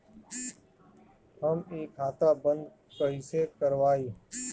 हम इ खाता बंद कइसे करवाई?